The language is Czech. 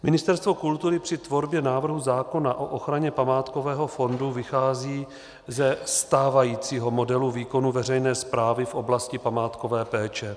Ministerstvo kultury při tvorbě návrhu zákona o ochraně památkového fondu vychází ze stávajícího modelu výkonu veřejné správy v oblasti památkové péče.